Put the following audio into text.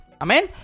Amen